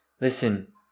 Listen